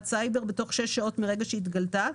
סייבר בתוך שש שעות מרגע שהתגלתה,